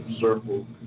Circle